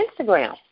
Instagram